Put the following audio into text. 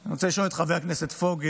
אני רוצה לשאול את חבר הכנסת פוגל,